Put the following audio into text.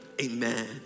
Amen